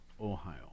Ohio